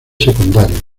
secundarios